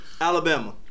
Alabama